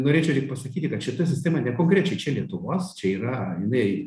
norėčiau tik pasakyti kad šita sistema nekonkrečiai čia lietuvos čia yra jinai